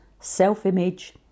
self-image